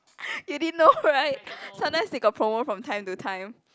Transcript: you didn't know right sometimes they got promo from time to time